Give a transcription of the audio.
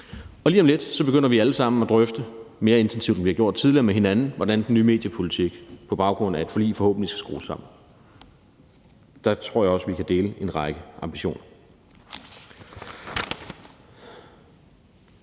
Og lige om lidt begynder vi alle sammen at drøfte mere intensivt, end vi har gjort tidligere, med hinanden, hvordan den nye mediepolitik på baggrund af et forlig forhåbentlig skal skrues sammen. Der tror jeg også vi kan dele en række ambitioner.